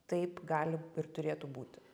taip gali ir turėtų būti